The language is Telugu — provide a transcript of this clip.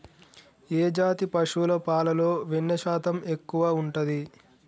ఏ జాతి పశువుల పాలలో వెన్నె శాతం ఎక్కువ ఉంటది?